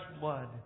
blood